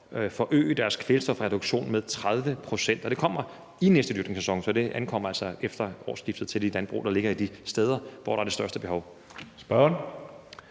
forøge deres kvælstofreduktion med 30 pct. Det kommer i næste dyrkningssæson, så det ankommer altså efter årsskiftet til de landbrug, der ligger de steder, hvor behovet er størst. Kl.